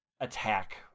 attack